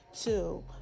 two